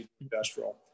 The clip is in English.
industrial